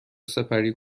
سپری